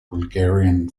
bulgarian